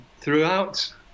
throughout